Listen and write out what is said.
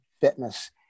fitness